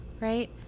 Right